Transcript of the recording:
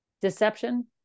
deception